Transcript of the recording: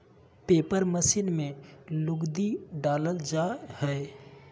paper machine में लुगदी डालल जा हय